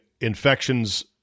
infections